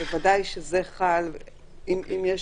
בוודאי שאם יש